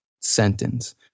sentence